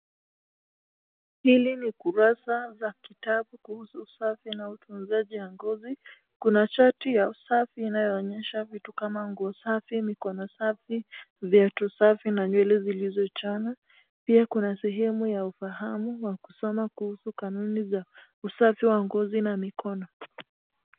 Hili ni kurasa la vitabu kuhusu usafi na utunzaji wa ngozi. Kuna chati ya usafi inayoonyesha vitu kama nguo safi, mikono safi, mikono safi na nywele zilizochanwa. Pia kuna sehemu ya ufahamu wa kusoma kuhusu kanuni za usafi wa ngozi na mikono.